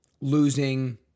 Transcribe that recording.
losing